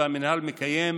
והמינהל מקיים,